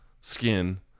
skin